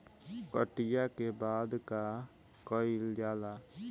कटिया के बाद का कइल जाला?